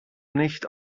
nicht